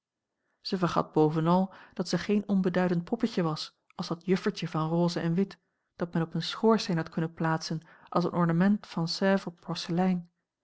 zij vergat bovenal dat zij geen onbeduidend poppetje was als dat juffertje van rose en wit dat men op een schoorsteen had kunnen plaatsen als een ornament van